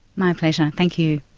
my pleasure, thank you.